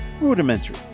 rudimentary